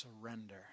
Surrender